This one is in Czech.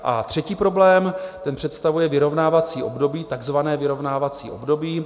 A třetí problém, ten představuje vyrovnávací období, takzvané vyrovnávací období.